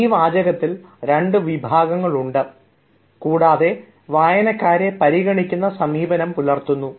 ഈ വാചകത്തിൽ രണ്ടു വിഭാഗങ്ങൾ ഉണ്ട് എന്നത് കൂടാതെ വായനക്കാരെ പരിഗണിക്കുന്ന സമീപനം പുലർത്തുന്നു